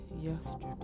yesterday